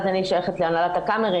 אני שייכת להנהלת הקאמרי,